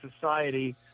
society